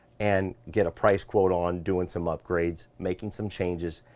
and get a price quote on doing some upgrades, making some changes,